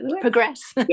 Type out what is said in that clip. progress